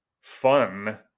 fun